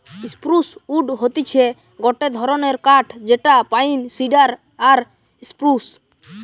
spruce wood হতিছে গটে ধরণের কাঠ যেটা পাইন, সিডার আর স্প্রুস